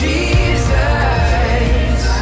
Jesus